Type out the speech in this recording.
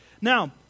Now